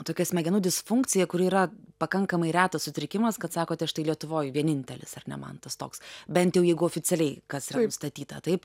tokia smegenų disfunkcija kuri yra pakankamai retas sutrikimas kad sakote štai lietuvoj vienintelis ar ne mantas toks bent jau jeigu oficialiai kas yra nustatyta taip